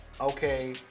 okay